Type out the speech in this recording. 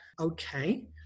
okay